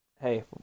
hey